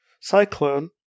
Cyclone